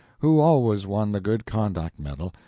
who always won the good-conduct medal,